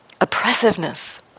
Oppressiveness